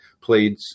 played